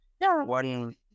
one